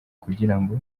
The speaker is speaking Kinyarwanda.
kugirango